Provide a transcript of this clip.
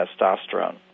testosterone